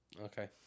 Okay